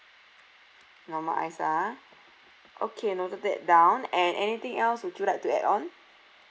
normal ice ah okay noted that down and anything else would you like to add on